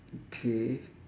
okay